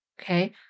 Okay